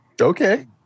Okay